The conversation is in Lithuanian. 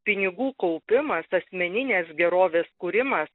pinigų kaupimas asmeninės gerovės kūrimas